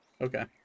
Okay